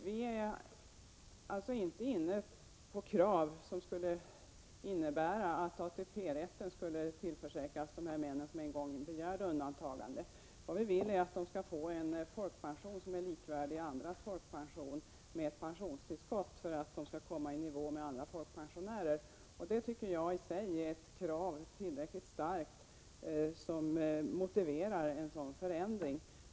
Vårt krav innebär alltså inte att ATP-rätt skall tillförsäkras de män som en gång begärde undantagande. Vad vi vill är att de skall få samma folkpension som andra med pensionstillskott, så att de kommer i nivå med andra folkpensionärer. Det tycker jag är ett tillräckligt starkt krav som motiverar en förändring.